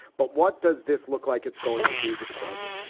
but what does this look like it's going to do to the budget?